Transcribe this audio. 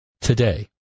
Today